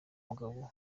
mugabo